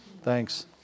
Thanks